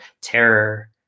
terror